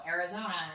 Arizona